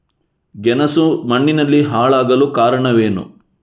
ಗೆಣಸು ಮಣ್ಣಿನಲ್ಲಿ ಹಾಳಾಗಲು ಕಾರಣವೇನು?